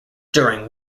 during